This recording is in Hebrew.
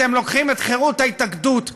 אתם לוקחים את חירות ההתאגדות,